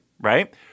right